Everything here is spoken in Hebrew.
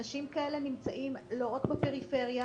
אנשים כאלה נמצאים לא רק בפריפריה